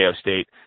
State